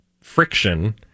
friction